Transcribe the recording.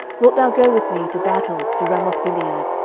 wilt thou go with me to battle to ramothgilead?